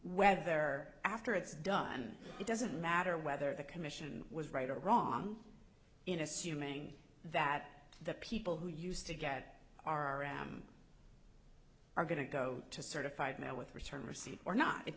whether after it's done it doesn't matter whether the commission was right or wrong in assuming that the people who used to get r m are going to go to certified mail with return receipt or not it